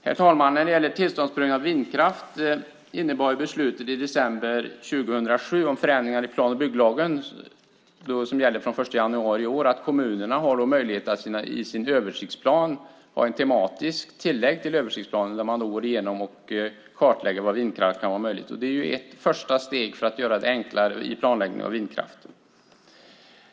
Herr talman! När det gäller tillståndsprövning av vindkraft innebar beslutet i december 2007 om förändringar i plan och bygglagen, som gäller från den 1 januari i år, att kommunerna har möjlighet att i sin översiktsplan ha ett tematiskt tillägg till översiktsplanen där man går igenom och kartlägger var vindkraft kan vara möjligt. Det är ett första steg för att göra det enklare med planläggning av vindkraft.